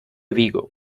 vigo